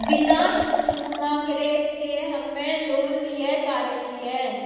बिना कुछो मॉर्गेज के हम्मय लोन लिये पारे छियै?